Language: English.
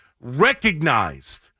recognized